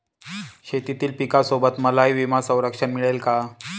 शेतीतील पिकासोबत मलाही विमा संरक्षण मिळेल का?